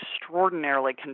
extraordinarily